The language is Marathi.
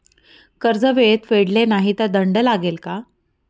कर्ज वेळेत फेडले नाही तर दंड लागेल का?